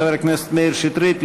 חבר הכנסת מאיר שטרית,